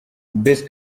best